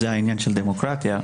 זה העניין של דמוקרטיה.